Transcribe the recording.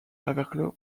avec